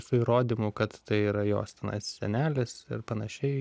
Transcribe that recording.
su įrodymu kad tai yra jos senelis ir panašiai